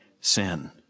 sin